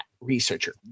researcher